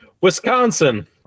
Wisconsin